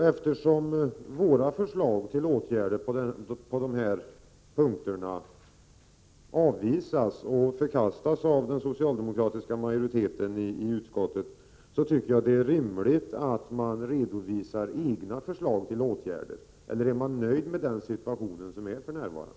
Eftersom våra förslag till åtgärder på dessa punkter avvisas och förkastas av den socialdemokratiska majoriteten i utskottet, tycker jag det är rimligt att majoriteten redovisar förslag till åtgärder. Eller är man nöjd med den situation som råder för närvarande?